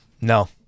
No